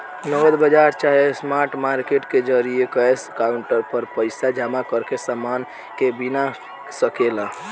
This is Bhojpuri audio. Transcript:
नगद बाजार चाहे स्पॉट मार्केट के जरिये कैश काउंटर पर पइसा जमा करके समान के कीना सके ला